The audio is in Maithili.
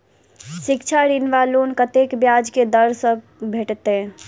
शिक्षा ऋण वा लोन कतेक ब्याज केँ दर सँ भेटैत अछि?